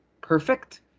perfect